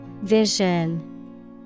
Vision